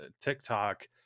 TikTok